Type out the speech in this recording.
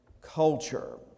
culture